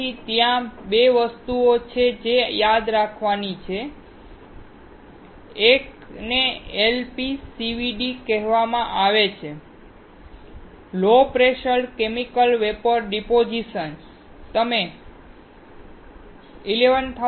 તેથી ત્યાં 2 વસ્તુઓ છે જે આપણે યાદ રાખવાની હતી એકને LPCVD કહેવામાં આવે છે low pressure chemical vapour deposition